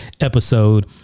episode